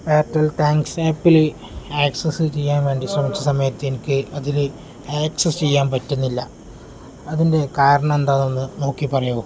Airtel thanks ആപ്പിൽ access ചെയ്യാൻ വേണ്ടി ശ്രമിച്ച സമയത്ത് എനിക്ക് അതിൽ ആക്സസ് ചെയ്യാൻ പറ്റുന്നില്ല അതിൻ്റെ കാരണം എന്താണെന്ന് നോക്കി പറയുമോ